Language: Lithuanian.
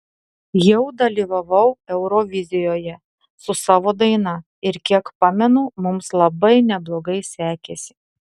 jau dalyvavau eurovizijoje su savo daina ir kiek pamenu mums labai neblogai sekėsi